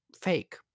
fake